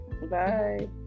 Bye